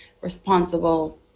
responsible